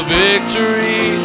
victory